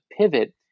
pivot